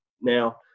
Now